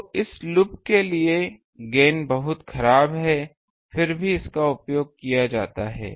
तो इस लूप के लिए गेन बहुत खराब है फिर इसका उपयोग क्यों किया जाता है